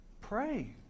pray